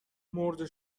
مرده